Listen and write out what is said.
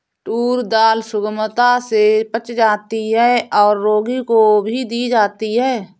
tour दाल सुगमता से पच जाती है और रोगी को भी दी जाती है